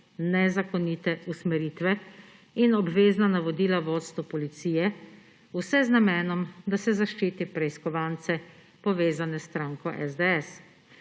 nezakonite usmeritve – in obvezna navodila vodstvu Policije; vse z namenom, da se zaščiti preiskovance, povezane s stranko SDS.